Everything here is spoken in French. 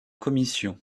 commission